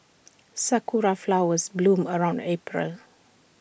Sakura Flowers bloom around April